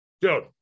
Dude